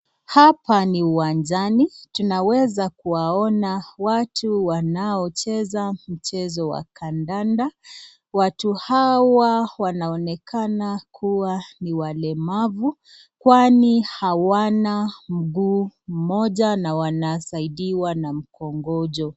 Hapa ni uwanjani tunaweza kuwaona watu wanaocheza mchezo wa kandanda. Watu hawa wanaonekana kuwa ni walemavu kwani hawana mguu mmoja na wanasaidiwa na mkongojo.